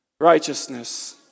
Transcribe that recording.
righteousness